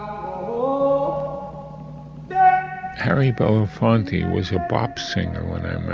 um yeah harry belafonte was a pop singer when i met